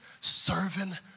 serving